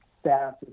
staff